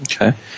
Okay